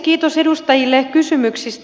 kiitos edustajille kysymyksistä